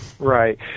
Right